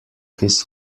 his